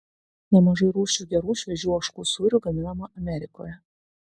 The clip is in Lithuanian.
nemažai rūšių gerų šviežių ožkų sūrių gaminama amerikoje